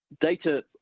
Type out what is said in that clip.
data